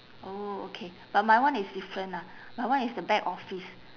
oh okay but my one is different ah my one is the back office